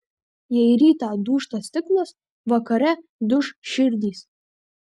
jei rytą dūžta stiklas vakare duš širdys